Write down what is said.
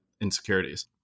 insecurities